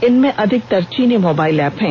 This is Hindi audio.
इनमें अधिकतर चीनी मोबाइल ऐप हैं